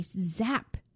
zap